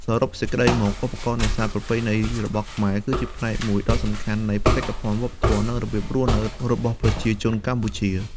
សរុបសេចក្តីមក ឧបករណ៍នេសាទប្រពៃណីរបស់ខ្មែរ គឺជាផ្នែកមួយដ៏សំខាន់នៃបេតិកភណ្ឌវប្បធម៌ និងរបៀបរស់នៅរបស់ប្រជាជនកម្ពុជា។